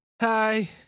Hi